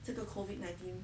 这个 COVID nineteen